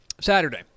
saturday